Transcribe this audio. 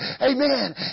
Amen